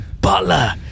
Butler